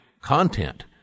content